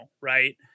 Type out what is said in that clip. right